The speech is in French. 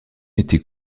était